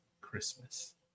Christmas